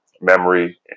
memory